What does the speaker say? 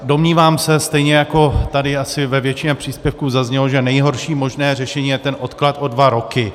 Domnívám se, stejně jako tady asi ve většině příspěvků zaznělo, že nejhorší možné řešení je odklad o dva roky.